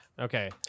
Okay